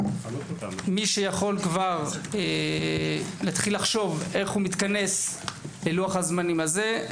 מי שיכול להתחיל לחשוב איך מתכנס ללוח הזמנים הזה,